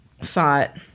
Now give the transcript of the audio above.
thought